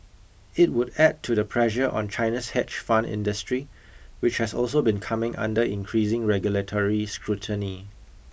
it would add to the pressure on China's hedge fund industry which has also been coming under increasing regulatory scrutiny